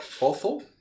Awful